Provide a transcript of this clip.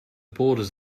borders